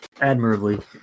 admirably